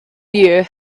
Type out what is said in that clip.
you